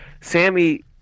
Sammy